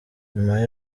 nyuma